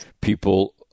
people